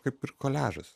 kaip ir koliažas